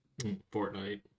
Fortnite